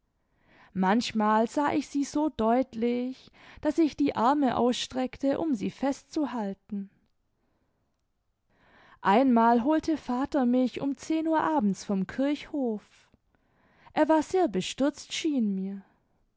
manchmal sah ich sie so deutlich daß ich die arme ausstreckte um sie festzuhalten einmal holte vater mich um lo uhr abends vom kirchhof er war sehr bestürzt schien mir